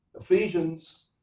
Ephesians